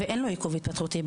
ואין לו עיכוב התפתחותי,